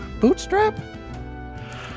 Bootstrap